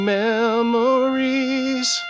memories